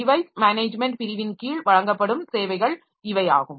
device management பிரிவின் கீழ் வழங்கப்படும் சேவைகள் இவை ஆகும்